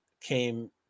came